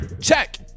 check